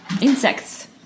Insects